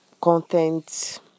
content